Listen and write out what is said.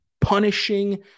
punishing